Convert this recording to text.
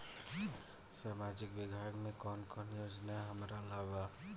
सामाजिक विभाग मे कौन कौन योजना हमरा ला बा?